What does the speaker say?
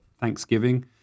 Thanksgiving